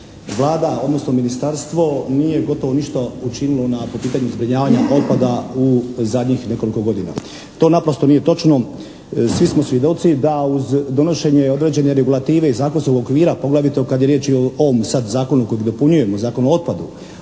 Vlada odnosno Ministarstvo nije gotovo ništa učinilo po pitanju zbrinjavanja otpada u zadnjih nekoliko godina.» To naprosto nije točno. Svi smo svjedoci da uz donošenje određene regulative i zakonskog okvira poglavito kad je riječ i o ovom sad zakonu kojeg dopunjujemo, Zakona o otpadu